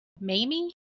Mamie